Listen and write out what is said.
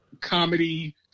comedy